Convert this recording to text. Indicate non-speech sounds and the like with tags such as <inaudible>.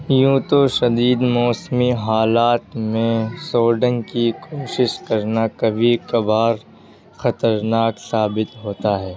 یوں تو شدید موسمی حالات میں <unintelligible> کی کوشس کرنا کبھی کبھار خطرناک ثابت ہوتا ہے